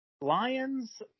Lions